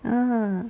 ah